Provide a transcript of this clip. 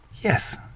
Yes